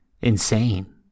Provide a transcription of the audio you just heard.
insane